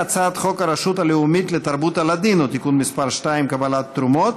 והצעת חוק הרשות הלאומית לתרבות הלדינו (תיקון מס' 2) (קבלת תרומות),